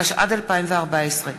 התשע"ד 2014,